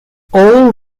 all